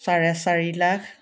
চাৰে চাৰি লাখ